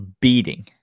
beating